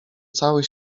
cały